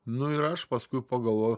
nu ir aš paskui pagalvojau